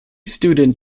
student